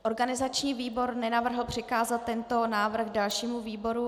Organizační výbor nenavrhl přikázat tento návrh dalšímu výboru.